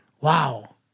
Wow